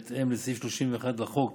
בהתאם לסעיף 31 לחוק